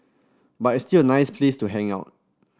but it's still a nice place to hang out